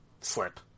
slip